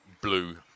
blue